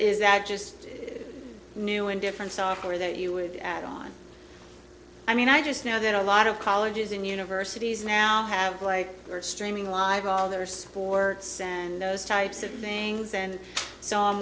is that just new and different software that you would add on i mean i just know that a lot of colleges and universities now have like we're streaming live all there's four and those types of things and so i'm